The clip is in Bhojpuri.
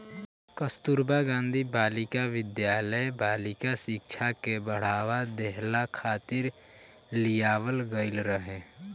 कस्तूरबा गांधी बालिका विद्यालय बालिका शिक्षा के बढ़ावा देहला खातिर लियावल गईल रहे